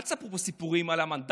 אל תספרו פה סיפורים על המנדטים,